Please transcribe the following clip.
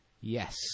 yes